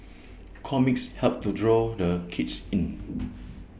comics help to draw the kids in